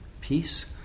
peace